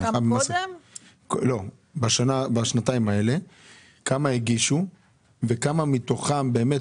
כמה הגישו בשנתיים האלה וכמה מתוכם באמת